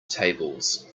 tables